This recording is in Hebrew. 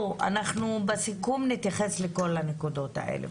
בסיכום נתייחס לכל הנקודות האלה.